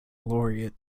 laureate